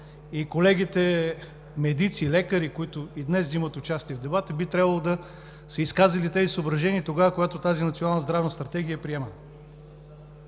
Колегите медици, лекари, които и днес вземат участие в дебата, би трябвало да са изказали тези съображения, когато Националната здравна стратегия е приемана.